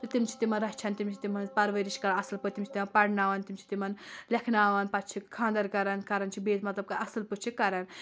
تہٕ تِم چھِ تِمن رچھن تِم چھِ تِمن ہٕنٛز پَرؤرِش چھِ کَران اَصٕل پٲٹھۍ تِم چھِ تِمَن پَرناوَان تِم چھِ تِمن لیکھناوان پَتہٕ چھِ خاندَر کَران کَران چھِ بیٚیہِ مطلب اَصٕل پٲٹھۍ چھِ کران